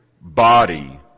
body